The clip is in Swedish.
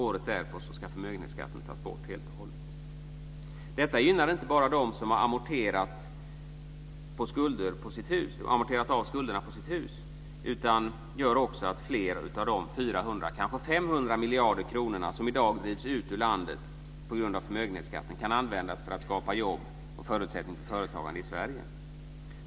Året därpå ska förmögenhetsskatten tas bort helt och hållet. Detta gynnar inte bara dem som har amorterat av skulderna på sitt hus utan gör också att fler av de 400 kanske 500 miljarder kronor som i dag drivs ut ur landet på grund av förmögenhetsskatten kan användas för att skapa jobb och förutsättningar för företagande i Sverige.